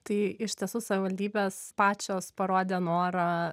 tai iš tiesų savivaldybės pačios parodė norą